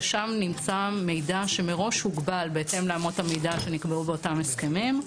שם נמצא מידע שמראש הוגבל בהתאם לאמות המידה שנקבעו באותם הסכמים.